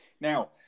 Now